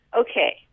okay